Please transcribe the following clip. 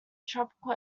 tropical